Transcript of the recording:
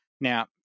Now